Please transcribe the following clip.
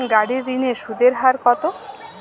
গাড়ির ঋণের সুদের হার কতো?